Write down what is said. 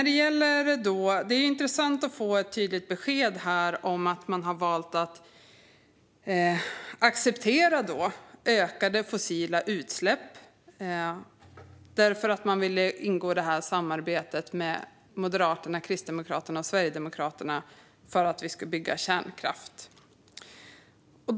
Det är intressant att få ett tydligt besked här om att man har valt att acceptera ökade fossila utsläpp därför att man vill ingå i samarbetet med Moderaterna, Kristdemokraterna och Sverigedemokraterna och för att kärnkraften ska byggas ut.